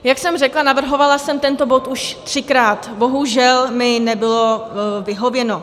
Jak jsem řekla, navrhovala jsem tento bod už třikrát, bohužel mi nebylo vyhověno.